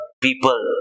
people